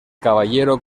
caballero